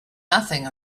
nothing